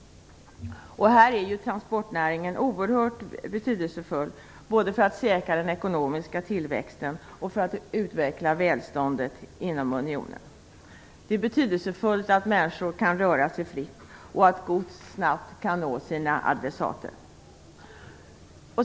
Här är transportnäringen oerhört betydelsefull, både för att säkra den ekonomiska tillväxten och för att utveckla välståndet inom unionen. Det är betydelsefullt att människor kan röra sig fritt och att gods snabbt kan nå sina adressater.